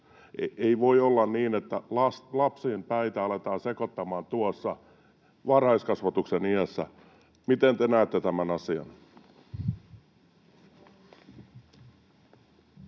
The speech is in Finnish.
ei voi olla niin, että lasten päätä aletaan sekoittamaan tuossa varhaiskasvatuksen iässä. Miten te näette tämän asian?